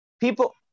People